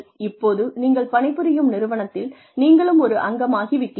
இப்போது நீங்கள் பணிபுரியும் நிறுவனத்தில் நீங்களும் ஒரு அங்கமாகி விட்டீர்கள்